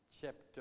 chapter